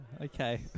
Okay